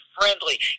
friendly